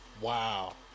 Wow